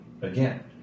again